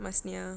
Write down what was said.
masniah